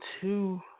two